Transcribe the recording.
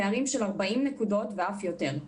פערים של 40 נקודות ואף יותר.